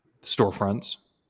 storefronts